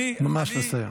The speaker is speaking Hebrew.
ממש לסיים.